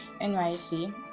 NYC